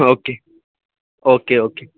okay okay okay